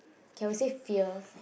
can we said fear